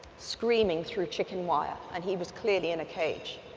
screaming through chicken wire. and he was clearly in a cage.